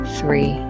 three